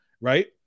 Right